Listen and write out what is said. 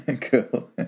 Cool